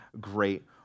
great